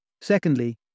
Secondly